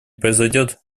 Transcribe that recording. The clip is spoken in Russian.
произойдет